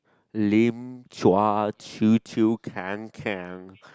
Lim Chua Chee Chu Kang Kang